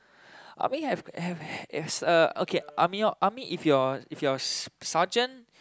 army have have hav~ is uh okay army o~ army if you're if you're sergeant